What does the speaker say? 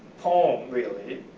poem, really,